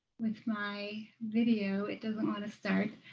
with my video, it doesn't want to start.